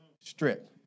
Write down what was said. strip